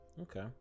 okay